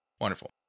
Wonderful